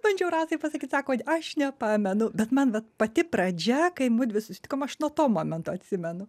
bandžiau rasai pasakyt sako aš nepamenu bet man vat pati pradžia kai mudvi susitikom aš nuo to momento atsimenu